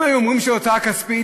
אם היו אומרים שזו הוצאה כספית,